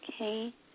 Okay